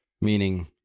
meaning